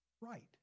right